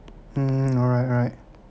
mm alright alright